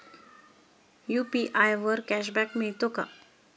UPI वर cashback मिळतो का?